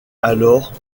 alors